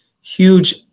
huge